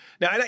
now